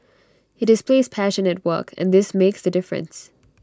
he displays passion at work and this makes the difference